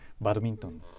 badminton